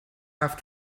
have